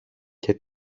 και